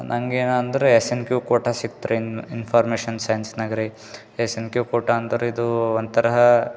ನಂಗೇನು ಅಂದರೆ S N Q quota ಸಿಕ್ತು ರೀ ಇನ್ನು ಇನ್ಫಾರ್ಮೇಷನ್ ಸೈನ್ಸ್ನಾಗ್ರಿ ಎಸ್ ಎನ್ ಕ್ಯು ಕೋಟ ಅಂದ್ರಿ ಇದು ಒಂತರಹ